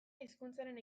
hizkuntzaren